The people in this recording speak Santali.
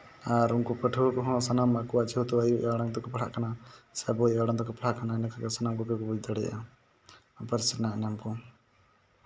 ᱟᱨ ᱩᱱᱠᱩ ᱯᱟᱹᱴᱷᱩᱣᱟᱹ ᱠᱚᱦᱚᱸ ᱥᱟᱱᱟᱢ ᱟᱠᱚᱣᱟᱜ ᱡᱷᱚᱛᱚ ᱟᱭᱳ ᱟᱲᱟᱝ ᱛᱮᱠᱚ ᱯᱟᱲᱦᱟᱜ ᱠᱟᱱᱟ ᱥᱮ ᱟᱵᱚᱣᱟᱜ ᱟᱲᱟᱝ ᱛᱮᱠᱚ ᱯᱟᱲᱦᱟᱜ ᱠᱟᱱᱟ ᱮᱸᱰᱮᱠᱷᱟᱱ ᱫᱚ ᱥᱟᱱᱟᱢ ᱠᱚᱜᱮ ᱵᱚᱱ ᱵᱩᱡᱽ ᱫᱟᱲᱮᱭᱟᱜ ᱠᱟᱱᱟ ᱯᱟᱹᱨᱥᱤ ᱨᱮᱱᱟᱜ ᱮᱱᱮᱢ ᱠᱚ